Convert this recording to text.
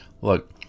Look